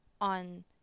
on